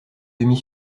demie